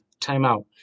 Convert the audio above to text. timeout